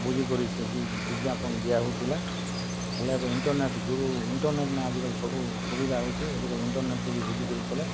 ବୁଝିକରି ସେ ବିଜ୍ଞାପନ୍ ଦିଆ ହେଉଥିଲା ହେଲେ ଏବେ ଇଣ୍ଟର୍ନେଟ୍ ଗୁରୁ ଇଣ୍ଟର୍ନେଟ୍ ନେ ଆଜି କାଲି ସବୁ ସୁବିଧା ହେଉଛେ ଏ ଦିଗେ ଇଣ୍ଟର୍ନେଟ୍ କେ ବି ବୁଝିକରି କଲେ